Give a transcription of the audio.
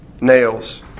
nails